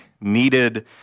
needed